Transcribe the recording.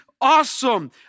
awesome